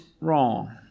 wrong